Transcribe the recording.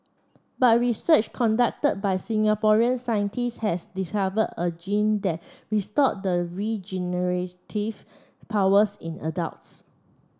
but research conducted by Singaporean scientist has discovered a gene that restores the regenerative powers in adults